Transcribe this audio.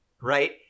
right